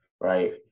right